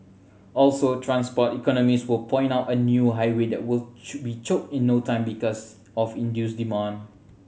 also transport economists will point out a new highway there will should be choked in no time because of induced demand